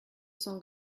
son